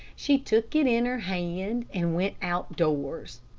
she took it in her hand and went out-doors.